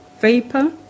vapor